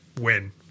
win